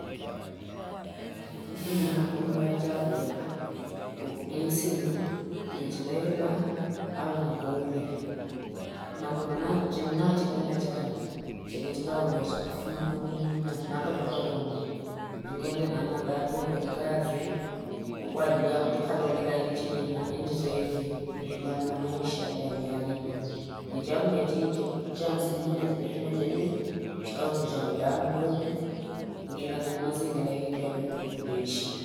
chakula ensima na chilemba au nakoombe nakunonaa chinonachikunda chanwe bete chikaongeza hama nkunuminia tunakatumeka tonge, ngaende namakamombenikazi ni kwa ajili ya kote kalonde kaeni chini ya kulingani na maisha haya nayalipa nichakulia chichoo chamsime nekunenda cheni chikaonesha midamu kweni kulingani na mazingira yetu yani tukuishi